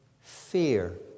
fear